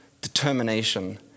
determination